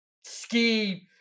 ski